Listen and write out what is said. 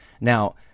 Now